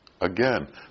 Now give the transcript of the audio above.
again